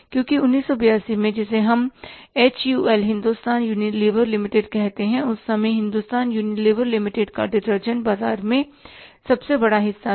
क्योंकि 1982 में जिसे हम H U L Hindustan Unilever limited कहते हैं उस समय हिंदुस्तान यूनिलीवर लिमिटेड का डिटर्जेंट बाजार में सबसे बड़ा हिस्सा था